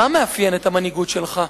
מה מאפיין את המנהיגות שלך?